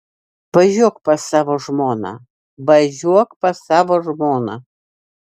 važiuok pas savo žmoną važiuok pas savo žmoną